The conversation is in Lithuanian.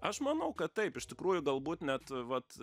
aš manau kad taip iš tikrųjų galbūt net vat